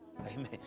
Amen